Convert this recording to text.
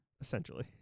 essentially